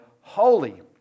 holy